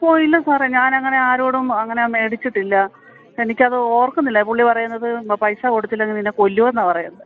ഓ ഇല്ല സാറേ ഞാൻ അങ്ങനെ ആരോടും അങ്ങനെ വേടിച്ചിട്ടില്ല എനിക്ക് അത് ഓർക്കുന്നില്ല പുള്ളി പറയുന്നത് എന്തോ പൈസ കൊടുത്തില്ലെങ്കിൽ നിന്നെ കൊല്ലും എന്നാണ് പറയുന്നത്